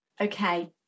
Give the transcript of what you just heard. Okay